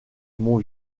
mon